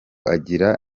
agira